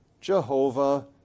Jehovah